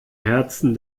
herzen